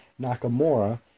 Nakamura